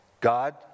God